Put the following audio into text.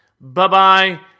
Bye-bye